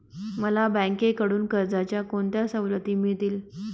मला बँकेकडून कर्जाच्या कोणत्या सवलती मिळतील?